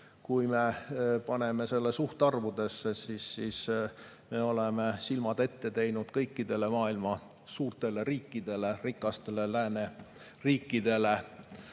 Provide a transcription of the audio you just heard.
Kui me paneme selle suhtarvudesse, siis me oleme silmad ette teinud kõikidele maailma suurtele riikidele, rikastele lääneriikidele,